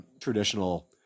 traditional